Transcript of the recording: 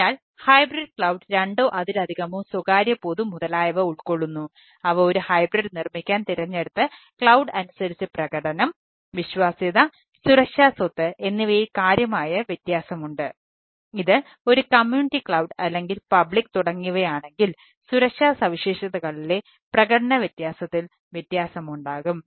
അതിനാൽ hybrid cloud തുടങ്ങിയവയാണെങ്കിൽ സുരക്ഷാ സവിശേഷതകളിലെ പ്രകടന വ്യത്യാസത്തിൽ വ്യത്യാസമുണ്ടാകും